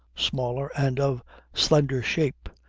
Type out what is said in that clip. smaller and of slender shape,